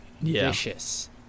vicious